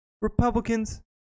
Republicans